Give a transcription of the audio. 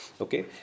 okay